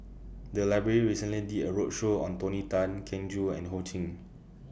The Library recently did A roadshow on Tony Tan Keng Joo and Ho Ching